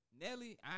Nelly